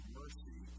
mercy